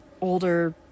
older